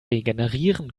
regenerieren